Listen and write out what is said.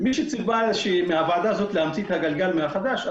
מי שציפה מהוועדה הזאת להמציא את הגלגל מחדש,